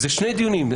זה שני דיונים.